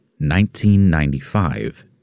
1995